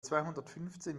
zweihundertfünfzehn